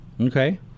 Okay